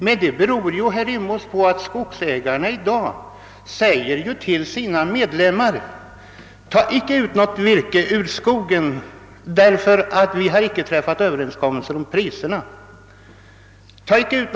Men det beror ju, herr Rimås, på att skogsägarna i dag säger till sina medlemmar: Ta inte ut något virke ur skogen förrän vi träffat överenskommelse om priserna.